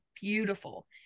beautiful